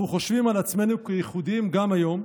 אנחנו חושבים על עצמנו כייחודיים גם היום,